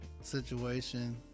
situation